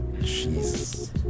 Jesus